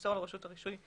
מסור לו רשות הרישוי,